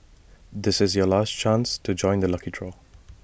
this is your last chance to join the lucky draw